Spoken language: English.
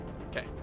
Okay